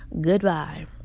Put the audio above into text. Goodbye